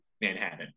Manhattan